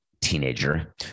Teenager